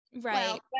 Right